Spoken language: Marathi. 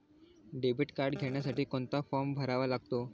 डेबिट कार्ड घेण्यासाठी कोणता फॉर्म भरावा लागतो?